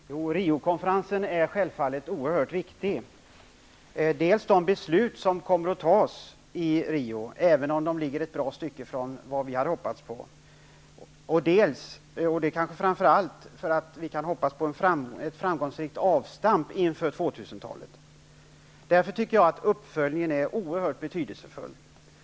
Fru talman! Riokonferensen är självfallet oerhört viktig, dels på grund av de beslut som kommer att fattas i Rio, även om de ligger ett bra stycke ifrån vad vi hade hoppats på, dels -- och kanske framför allt -- därför att vi kan hoppas på ett framgångsrikt avstamp inför 2000-talet. Jag menar därför att uppföljningen av konferensen är oerhört betydelsefull.